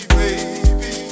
baby